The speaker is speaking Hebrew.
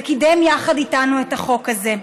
וקידם יחד איתנו את החוק הזה,